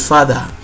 Father